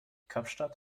kapstadt